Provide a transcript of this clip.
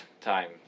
time